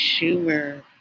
Schumer